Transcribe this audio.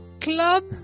club